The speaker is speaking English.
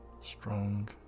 Strong